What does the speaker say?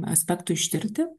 aspektui ištirti